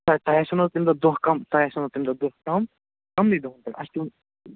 ہے تۄہہِ آسوٕ نا تَمہِ دۄہ کم تۄہہِ آسوٕ تَمہِ دۄہ کَم کَمنٕے دۄہَن پٮ۪ٹھ اَسہِ تہِ